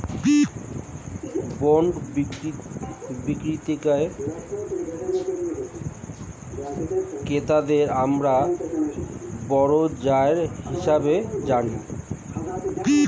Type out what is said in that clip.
bond বিক্রি ক্রেতাদের আমরা বরোয়ার হিসেবে জানি